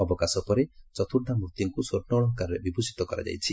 ଅବକାଶ ପରେ ଚତୁର୍କ୍ଷାମୂର୍ଭିଙ୍କୁ ସ୍ୱର୍ଷ ଅଳଙ୍କାରରେ ବିଭ୍ଷିତ କରାଯାଇଛି